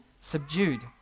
subdued